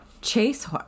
Chase